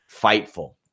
Fightful